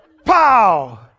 Pow